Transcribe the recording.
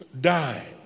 dying